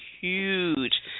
huge